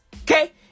Okay